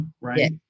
right